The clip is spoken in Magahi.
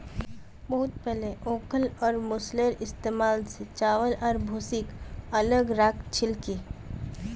बहुत पहले ओखल और मूसलेर इस्तमाल स चावल आर भूसीक अलग राख छिल की